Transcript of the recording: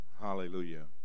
Hallelujah